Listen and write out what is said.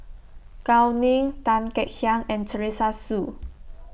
Gao Ning Tan Kek Hiang and Teresa Hsu